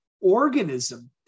organism